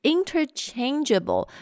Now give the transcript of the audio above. Interchangeable